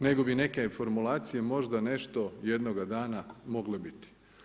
Nego bi neke i formulacije, možda nešto jednoga dana, mogle biti.